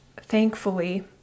Thankfully